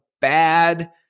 bad